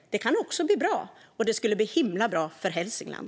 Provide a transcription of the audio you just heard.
Det kan också bli bra. Det skulle bli himla bra för Hälsingland.